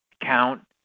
count